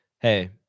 Hey